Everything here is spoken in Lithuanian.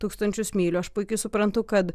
tūkstančius mylių aš puikiai suprantu kad